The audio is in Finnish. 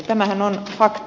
tämähän on fakta